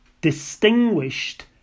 distinguished